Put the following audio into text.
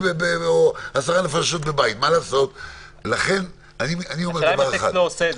בוודאי לערבית, לאמהרית ורוסית.